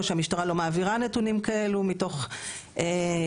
או שהמשטרה לא מעבירה נתונים כאלה מתוך אידיאולוגיה.